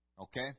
Okay